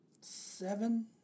seven